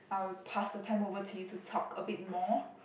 I'll pass the time over to you to talk a bit more